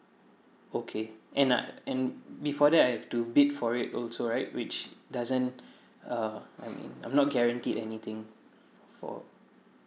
okay and I and before that I have to bid for it also right which doesn't uh I mean I'm not guaranteed anything for